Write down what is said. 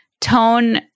tone